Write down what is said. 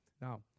Now